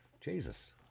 Jesus